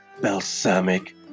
balsamic